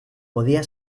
podía